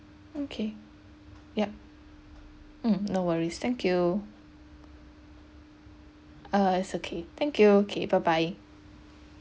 okay yup mm no worries thank you ah it's okay thank you okay bye bye